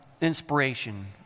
inspiration